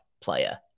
player